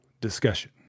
discussion